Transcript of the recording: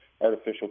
artificial